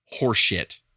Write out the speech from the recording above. horseshit